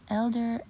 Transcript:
elder